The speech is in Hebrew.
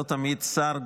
לא תמיד שר,